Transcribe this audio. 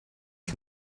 can